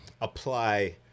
apply